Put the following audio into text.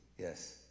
Yes